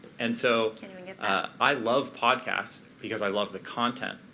and so ah i love podcasts because i love the content.